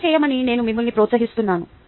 అలా చేయమని నేను మిమ్మల్ని ప్రోత్సహిస్తున్నాను